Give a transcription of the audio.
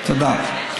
תודה.